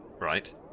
Right